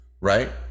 right